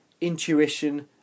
intuition